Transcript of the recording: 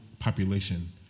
population